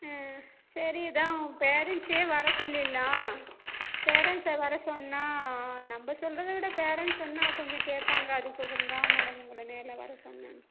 ம் சரி இதுதான் பேரன்ட்ஸை வர சொல்லிடலாம் பேரன்ட்ஸை வர சொன்னால் நம்ம சொல்கிறதவிட பேரன்ட்ஸ் சொன்னால் கொஞ்சம் கேட்பாங்க அதுக்கோசரம் தான் மேடம் உங்களை நேரில் வர சொன்னேன்